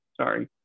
sorry